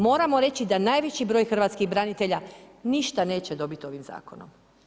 Moramo reći da najveći broj hrvatskih branitelja ništa neće dobiti ovim zakonom.